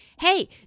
hey